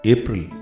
April